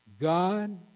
God